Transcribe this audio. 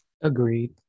Agreed